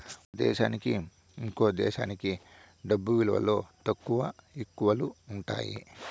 ఒక దేశానికి ఇంకో దేశంకి డబ్బు విలువలో తక్కువ, ఎక్కువలు ఉంటాయి